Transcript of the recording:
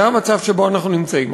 זה המצב שבו אנחנו נמצאים.